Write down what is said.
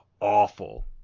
awful